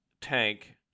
tank